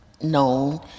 known